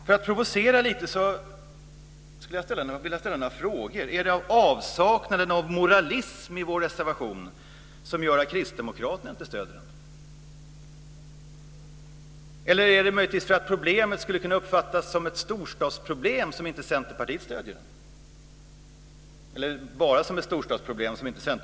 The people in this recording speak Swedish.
För att provocera lite skulle jag vilja ställa några frågor. Är det av avsaknaden av moralism i vår reservation som gör att Kristdemokraterna inte stöder den? Är det möjligtvis därför att problemet skulle kunna uppfattas bara som ett storstadsproblem som Centerpartiet inte stöder den?